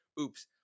Oops